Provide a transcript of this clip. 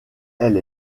elle